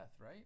right